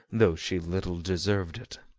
though she little deserved it.